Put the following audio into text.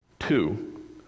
Two